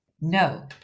no